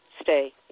Stay